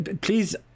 please